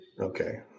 Okay